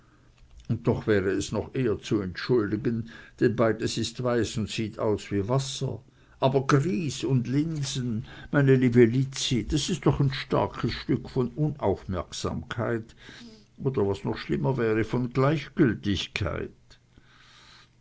und doch wäre es noch eher zu entschuldigen denn beides ist weiß und sieht aus wie wasser aber grieß und linsen meine liebe lizzi das ist doch ein starkes stück von unaufmerksamkeit oder was noch schlimmer wäre von gleichgültigkeit